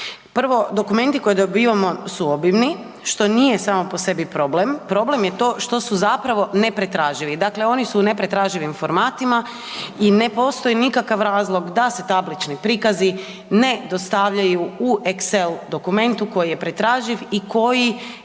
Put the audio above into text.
Prvo, dokumenti koje dobivamo su obimni što nije samo po sebi problem, problem je to što su zapravo nepretraživi. Dakle, oni su u nepretraživim formatima i ne postoji nikakav razlog da se tablični prikazi ne dostavljaju u exel dokumentu koji je pretraživ i koji